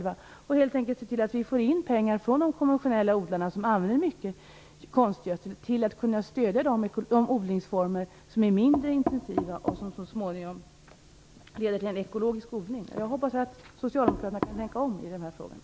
Vi kan helt enkelt se till att få in pengar från de konventionella odlarna som använder mycket konstgödsel för att kunna stödja de odlingsformer som är mindre intensiva och som så småningom leder till en ekologisk odling. Jag hoppas att socialdemokraterna kan tänka om i den här frågan.